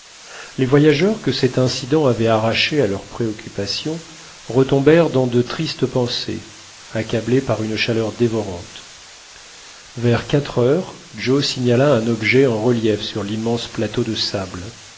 les voyageurs que cet incident avait arrachés à leurs préoccupations retombèrent dans de tristes pensées accablés par une chaleur dévorante vers quatre heures joe signala un objet en relief sur l'immense plateau de sable